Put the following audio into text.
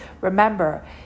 Remember